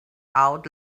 out